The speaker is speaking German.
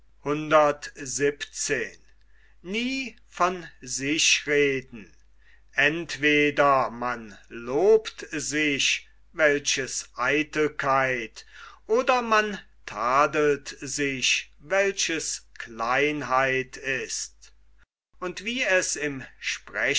entweder man lobt sich welches eitelkeit oder man tadelt sich welches kleinheit ist und wie es im